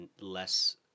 less